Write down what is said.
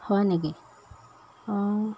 হয় নেকি অঁ